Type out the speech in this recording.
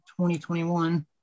2021